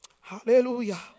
Hallelujah